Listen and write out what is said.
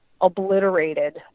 obliterated